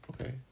okay